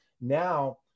now